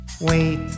Wait